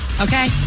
okay